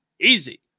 easy